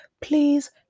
please